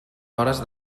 vores